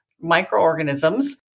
microorganisms